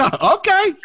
Okay